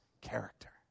character